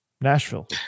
Nashville